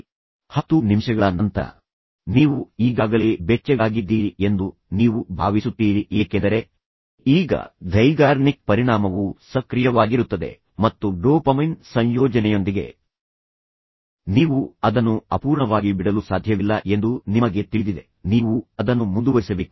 ನಂತರ 10 ನಿಮಿಷಗಳ ನಂತರ ನೀವು ಈಗಾಗಲೇ ಬೆಚ್ಚಗಾಗಿದ್ದೀರಿ ಎಂದು ನೀವು ಭಾವಿಸುತ್ತೀರಿ ಏಕೆಂದರೆ ಈಗ ಝೈಗಾರ್ನಿಕ್ ಪರಿಣಾಮವು ಸಕ್ರಿಯವಾಗಿರುತ್ತದೆ ಮತ್ತು ಡೋಪಮೈನ್ ಸಂಯೋಜನೆಯೊಂದಿಗೆ ನೀವು ಅದನ್ನು ಅಪೂರ್ಣವಾಗಿ ಬಿಡಲು ಸಾಧ್ಯವಿಲ್ಲ ಎಂದು ನಿಮಗೆ ತಿಳಿದಿದೆ ನೀವು ಅದನ್ನು ಮುಂದುವರಿಸಬೇಕು